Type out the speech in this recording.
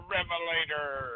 Revelator